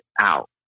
out